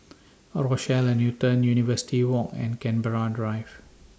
A Rochelle At Newton University Walk and Canberra Drive